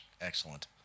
Excellent